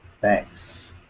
Thanks